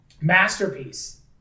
masterpiece